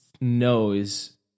knows